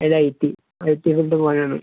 അല്ല I T I T field പോകുവാനാണ്